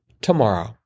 tomorrow